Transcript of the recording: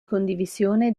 condivisione